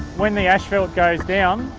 when the asphalt goes down,